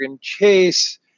Chase